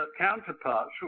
counterparts